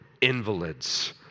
invalids